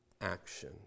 action